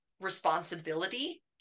responsibility